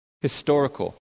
historical